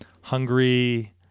Hungry